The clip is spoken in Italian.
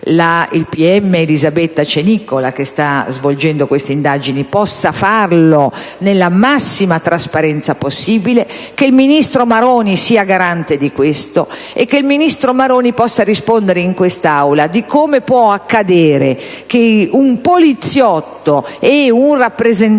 il PM Elisabetta Ceniccola, che sta svolgendo queste indagini, possa farlo nella massima trasparenza possibile, che il ministro Maroni sia garante di questo e che lo stesso possa rispondere in quest'Aula di come può accadere che un poliziotto ed un rappresentante